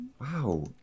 Wow